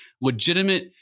legitimate